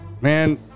Man